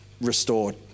restored